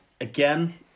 Again